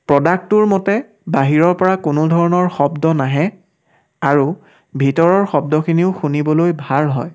প্ৰডাক্টটোৰ মতে বাহিৰৰ পৰা কোনো ধৰণৰ শব্দ নাহে আৰু ভিতৰৰ শব্দখিনিও শুনিবলৈ ভাল হয়